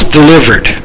delivered